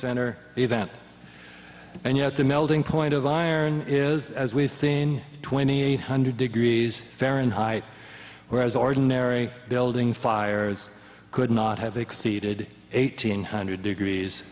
center event and yet the melting point of iron is as we've seen twenty eight hundred degrees fahrenheit whereas ordinary building fires could not have exceeded eighteen hundred degrees